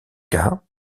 cas